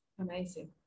Amazing